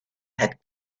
had